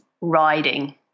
riding